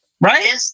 right